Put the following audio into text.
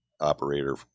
operator